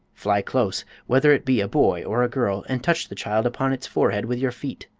fly close, whether it be a boy or a girl, and touch the child upon its forehead with your feet.